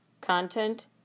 content